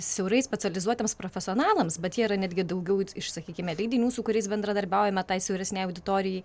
siaurai specializuotiems profesionalams bet jie yra netgi daugiau iš sakykime leidinių su kuriais bendradarbiaujame tai siauresnei auditorijai